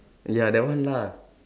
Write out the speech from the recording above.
ya that one lah